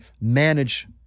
manage